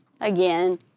again